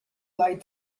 line